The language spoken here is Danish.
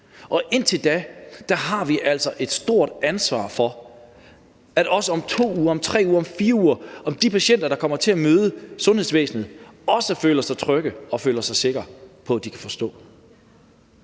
Indtil da har vi altså et stort ansvar for, at også de patienter, der om 2 uger, 3 uger eller 4 uger kommer til at møde sundhedsvæsenet, føler sig trygge og føler sig sikre på, at de kan forstå